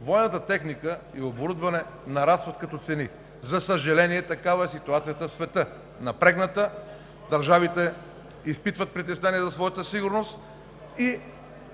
военната техника и оборудване нарастват като цени. За съжаление, такава е ситуацията в света – напрегната. Държавите изпитват притеснение за своята сигурност и